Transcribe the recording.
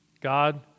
God